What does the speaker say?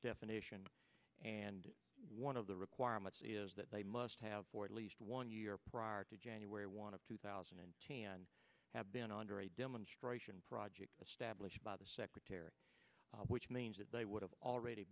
definition and one of the requirements is that they must have for at least one year prior to january want two thousand and thirteen and have been under a demonstration project established by the secretary which means that they would have already